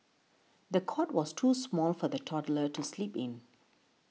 the cot was too small for the toddler to sleep in